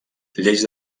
lleis